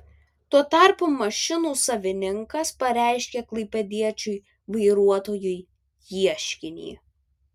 tuo tarpu mašinų savininkas pareiškė klaipėdiečiui vairuotojui ieškinį